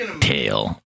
tail